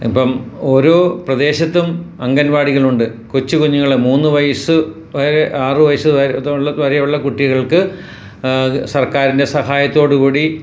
ഇപ്പം ഓരോ പ്രദേശത്തും അംഗൻവാടികളുണ്ട് കൊച്ചു കുഞ്ഞുങ്ങള് മൂന്ന് വയസു വെരെ ആറ് വയസ്സ് വെ ഇത വരെ ഒള്ള കുട്ടികൾക്ക് സർക്കാരിൻ്റെ സഹായത്തോടുകൂടി